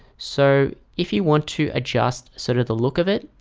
so if you want to adjust sort of the look of it,